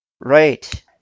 Right